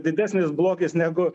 didesnis blogis negu